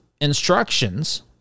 instructions